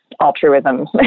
altruism